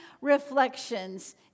reflections